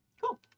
Cool